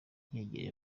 yegereye